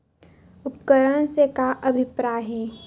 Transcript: उपकरण से का अभिप्राय हे?